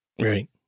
Right